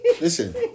Listen